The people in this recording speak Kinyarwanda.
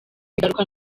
bigaruka